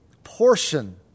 portion